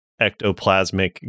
ectoplasmic